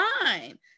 fine